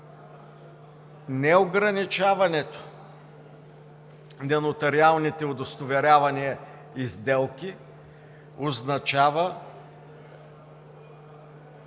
неограничаването на нотариалните удостоверявания и сделки означава